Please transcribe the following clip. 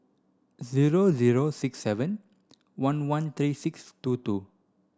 zero zero six seven one one three six two two